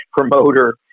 promoter